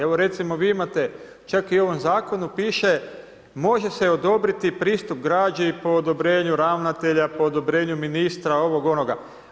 Evo recimo vi imate čak i u ovom zakonu piše može se odobriti pristup građi po odobrenju ravnatelja, po odobrenju ministra, ovog, onoga.